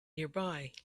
nearby